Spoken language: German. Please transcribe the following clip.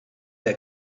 der